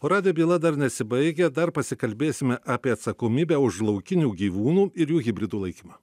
o radijo byla dar nesibaigia dar pasikalbėsime apie atsakomybę už laukinių gyvūnų ir jų hibridų laikymą